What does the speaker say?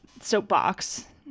soapbox